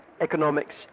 Economics